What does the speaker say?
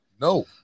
No